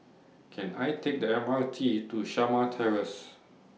Can I Take The M R T to Shamah Terrace